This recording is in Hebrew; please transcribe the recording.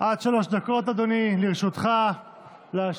עד שלוש דקות לרשותך להשיב,